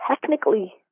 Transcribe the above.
technically